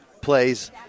plays